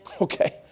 Okay